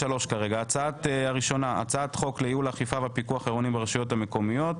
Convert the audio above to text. הצעת חוק לייעול האכיפה והפיקוח העירוניים ברשויות המקומיות,